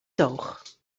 toog